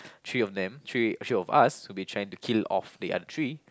three of them three three of us would be trying to kill off the other three